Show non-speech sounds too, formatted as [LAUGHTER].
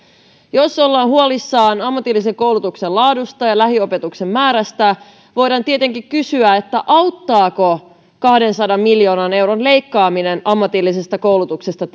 jos ollaan huolissaan ammatillisen koulutuksen laadusta ja lähiopetuksen määrästä voidaan tietenkin kysyä auttaako tilannetta kahdensadan miljoonan euron leikkaaminen ammatillisesta koulutuksesta [UNINTELLIGIBLE]